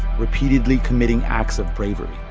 repeatedly committing acts of bravery.